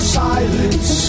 silence